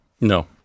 No